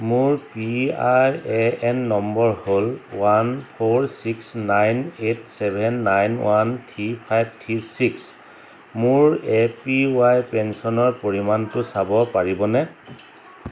মোৰ P R A N number হ'ল one four six nine eight seven nine one three five three six মোৰ A P Y পেঞ্চনৰ পৰিমাণটো চাব পাৰিবনে